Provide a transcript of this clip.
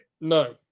No